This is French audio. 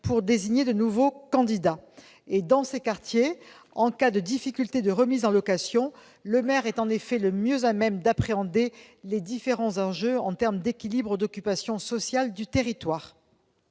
pour désigner de nouveaux candidats. Dans ces quartiers, en cas de difficulté de remise en location, le maire est en effet le mieux à même d'appréhender les différents enjeux d'équilibre d'occupation sociale du territoire.